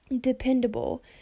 dependable